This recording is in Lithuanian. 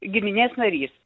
giminės narys